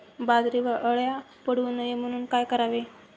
बाजरीवर अळ्या पडू नये म्हणून काय करावे?